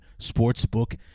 sportsbook